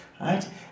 right